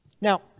Now